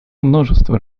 множество